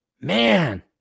Man